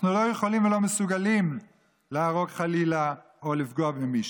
אנחנו לא יכולים ולא מסוגלים להרוג חלילה או לפגוע במישהו.